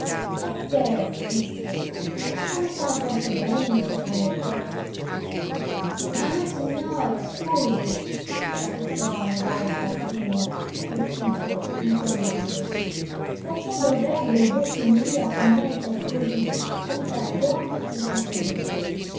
eh che disse non ne son forse degno secondo te ma nossignore scusi s'affrettò a negare spatolino stizzito infiammandosi perché dovrebbe vossignoria commettere così senza ragione un sacrilegio